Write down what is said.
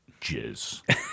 jizz